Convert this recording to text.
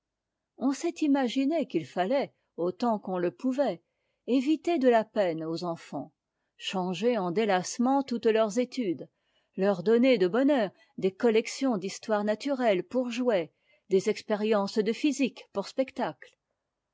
on s'est imaginé qu'i fallait autant qu'on le pouvait épargner de la peine aux enfants changer en délassement toutes leurs études leur donner de bonne heure des cottections d'histoire naturelle pour jouets des expériences de physique pour spectacle